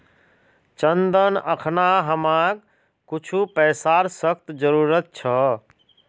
चंदन अखना हमाक कुछू पैसार सख्त जरूरत छ